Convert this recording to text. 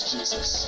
Jesus